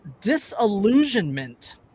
disillusionment